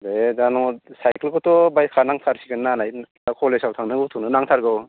दे दानो साइकेलखौथ' बायखा नांथारसिगोन नालाय कलेजआव थांनो गथ'नो नांथारगौ